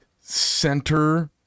center